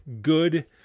good